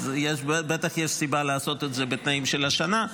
אז בטח יש סיבה לעשות את זה בתנאים של השנה.